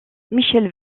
michel